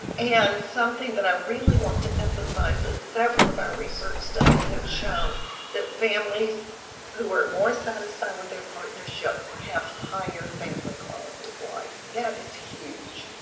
and something i really want to emphasize is several of our research studies have shown that families who are more satisfied with their partnership have higher family quality of life. that is huge.